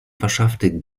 verschaffte